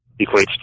equates